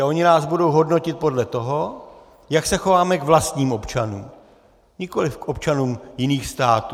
A oni nás budou hodnotit podle toho, jak se chováme k vlastním občanům, nikoliv k občanům jiných států.